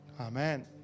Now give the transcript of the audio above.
Amen